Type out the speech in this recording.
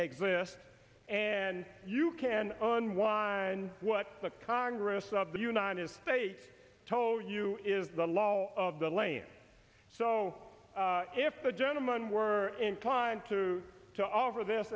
exists and you can unwind what the congress of the united states told you is the law of the land so if the gentleman were inclined to to offer th